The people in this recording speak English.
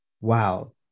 Wow